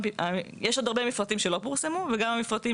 אבל יש עוד הרבה מפרטים שלא פורסמו וגם המפרטים